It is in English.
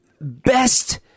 Best